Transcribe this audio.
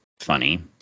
funny